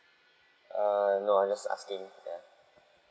err no I'm just asking ya